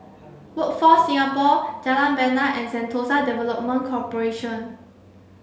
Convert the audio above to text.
Workforce Singapore Jalan Bena and Sentosa Development Corporation